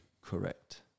Correct